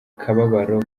kababaro